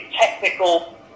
technical